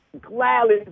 gladly